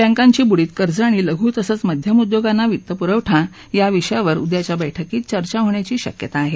बँकांची बुडीत कर्ज आणि लघु तसंच मध्यम उद्योगांना वित्तपुरवठा या विषयांवर उद्याच्या बैठकीत चर्चा होण्याची शक्यता आहे